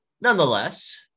nonetheless